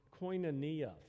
koinonia